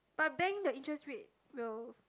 but bank the interest rate will